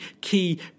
key